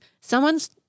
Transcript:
someone's